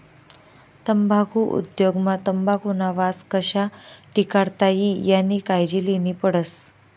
तम्बाखु उद्योग मा तंबाखुना वास कशा टिकाडता ई यानी कायजी लेन्ही पडस